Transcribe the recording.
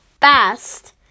fast